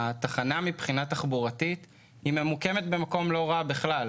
התחנה מבחינה תחבורתית ממוקמת במקום לא רע בכלל,